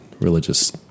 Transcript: religious